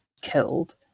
killed